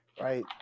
Right